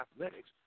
athletics